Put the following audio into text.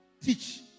teach